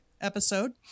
episode